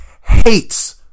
hates